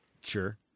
Sure